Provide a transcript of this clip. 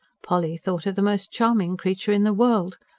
polly thought her the most charming creature in the world.